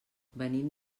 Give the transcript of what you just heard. venim